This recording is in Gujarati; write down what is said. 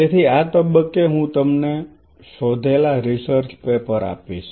તેથી આ તબક્કે હું તમને શોધેલા રિસર્ચ પેપર આપીશ